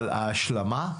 אבל ההשלמה,